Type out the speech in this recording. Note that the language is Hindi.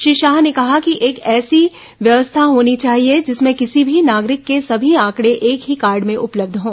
श्री शाह ने कहा कि एक ऐसी व्यवस्था होनी चाहिए जिसमें किसी भी नागरिक के सभी आंकड़े एक ही कार्ड में उपलब्ध हों